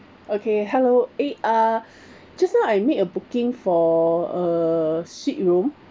okay hello eh uh just now I made a booking for a suite room